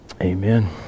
amen